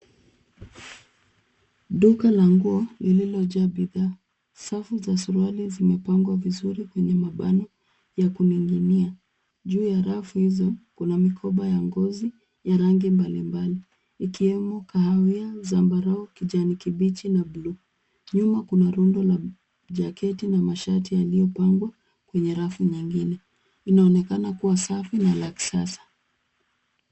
Duka la nguo lililojaa bidhaa. Safu za suruali zimepangwa vizuri kwenye mabano ya kuning'inia. Juu ya rafu hizo kuna mikoba ya ngozi ya rangi mbalimbali ikiwemo kahawia, zambarau, kijani kibichi na bluu. Nyuma kuna rundo la jaketi na mashati yaliyopangwa kwenye rafu nyingine. Inaonekana kuwa safi na la kisasa.